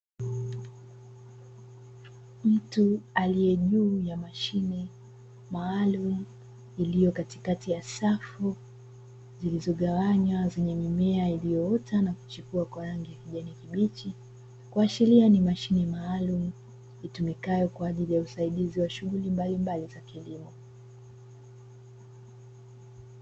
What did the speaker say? Mtu aliye juu ya mashine maalumu iliyo katikati ya safu zilizogawanywa zenye mimea iliyoota na kuchipua kwa rangi ya kijani kibichi, kuashiria ni mashine maalumu itumikayo kwa ajili ya usaidizi wa shughuli mbalimbali za kilimo.